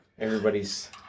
Everybody's